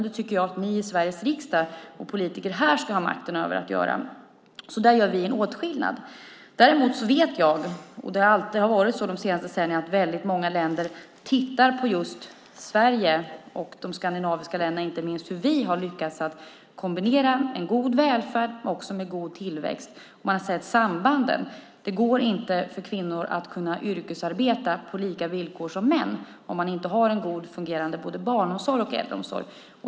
Det tycker jag att ni i Sveriges riksdag och politiker här ska ha makten att göra. Där gör vi en åtskillnad. Däremot vet jag att väldigt många länder under de senaste decennierna tittar på hur just Sverige och de skandinaviska länderna har lyckats kombinera en god välfärd med god tillväxt. Man har sett sambanden: Kvinnor kan inte yrkesarbeta på lika villkor som män om man inte har en god och fungerande barn och äldreomsorg.